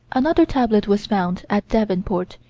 another tablet was found, at davenport,